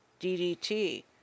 DDT